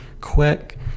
quick